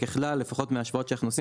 וככלל לפחות מההשוואות שאנחנו עושים,